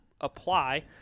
apply